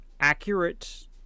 accurate